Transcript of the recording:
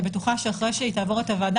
ואני בטוחה שאחרי שהיא תעבור את הוועדה,